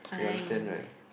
you understand right